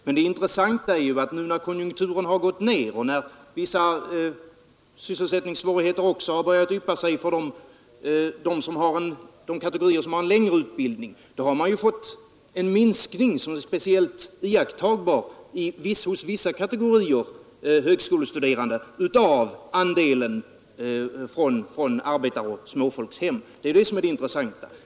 Men det intressanta är att man nu, när konjunkturen har gått ned och vissa sysselsättningssvårigheter har börjat yppa sig också för de kategorier som har en längre utbildning, har fått en minskning som är speciellt iakttagbar bland de högskolestuderande från arbetaroch småfolkshem. Det är det som är intressant!